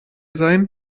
sein